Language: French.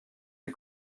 les